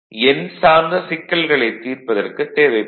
எண் சார்ந்த சிக்கல்களைத் தீர்ப்பதற்குத் தேவைப்படும்